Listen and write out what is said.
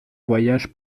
voyage